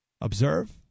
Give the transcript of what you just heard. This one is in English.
observe